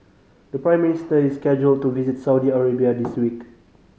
the Prime Minister is scheduled to visit Saudi Arabia this week